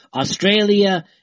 Australia